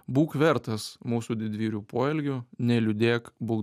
būk vertas mūsų didvyrių poelgių neliūdėk būk